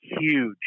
huge